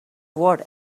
word